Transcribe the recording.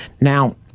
Now